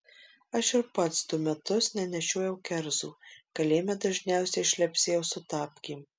aš ir pats du metus nenešiojau kerzų kalėjime dažniausiai šlepsėjau su tapkėm